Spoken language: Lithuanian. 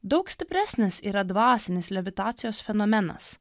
daug stipresnis yra dvasinis levitacijos fenomenas